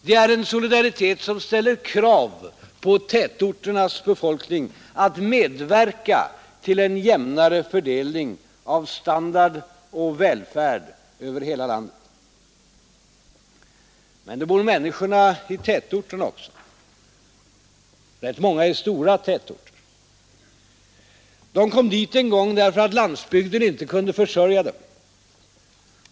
Det är en solidaritet som ställer krav på tätorternas befolkning att medverka till en jämnare fördelning av standard och välfärd över hela landet. Det bor människor i tätorterna också, många i stora tätorter. De kom dit en gång därför att landsbygden inte kunde försörja dem.